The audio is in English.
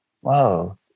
whoa